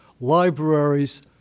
libraries